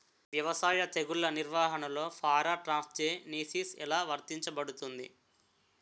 వ్యవసాయ తెగుళ్ల నిర్వహణలో పారాట్రాన్స్జెనిసిస్ఎ లా వర్తించబడుతుంది?